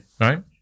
right